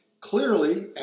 Clearly